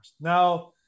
Now